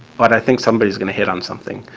but i think somebody is going to hit on something.